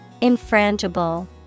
infrangible